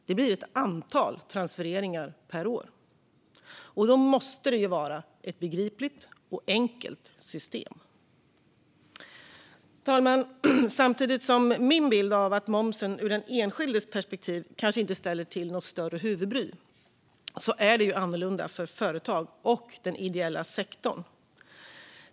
Det blir ett antal transfereringar per år, och då måste det vara ett begripligt och enkelt system. Fru talman! Min bild är att momsen ur den enskildes perspektiv kanske inte ställer till något större huvudbry, men det är annorlunda för företag och den ideella sektorn.